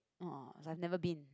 oh I've never been